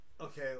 Okay